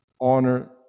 honor